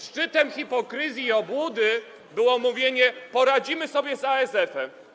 Szczytem hipokryzji i obłudy było mówienie: poradzimy sobie z ASF-em.